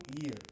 year